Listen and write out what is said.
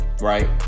Right